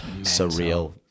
surreal